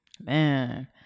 Man